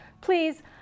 please